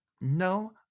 no